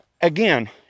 again